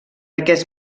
aquest